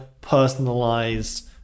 personalized